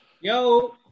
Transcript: Yo